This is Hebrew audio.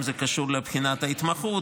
אם זה קשור לבחינת ההתמחות,